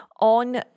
on